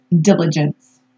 diligence